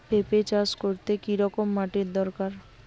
পেঁপে চাষ করতে কি রকম মাটির দরকার?